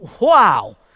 Wow